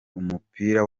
umupira